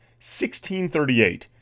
1638